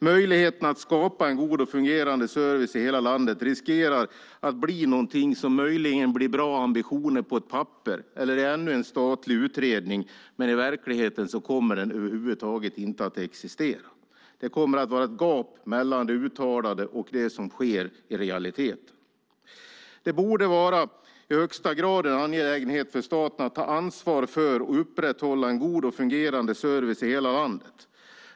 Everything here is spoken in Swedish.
Möjligheten att skapa en god och fungerande service i hela landet riskerar att bli någonting som möjligen blir bra ambitioner på ett papper eller ännu en statlig utredning. I verkligheten kommer nämnda service över huvud taget inte att existera. Det kommer att vara ett gap mellan det uttalade och det som i realiteten sker. I högsta grad borde det vara en angelägenhet för staten att ta ansvar för och upprätthålla en god och fungerande service i hela landet.